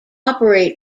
operate